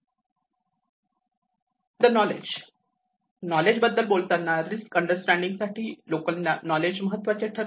the knowledge knowledge बद्दल बोलताना risk understanding साठी लोकल नॉलेज महत्त्वाचे ठरते